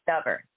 stubborn